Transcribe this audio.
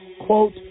quote